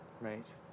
Right